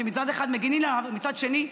שמצד אחד מגינים עליו ומצד שני,